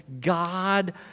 God